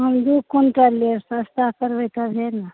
हम दुइ क्विन्टल लेब सस्ता करबै तबे ने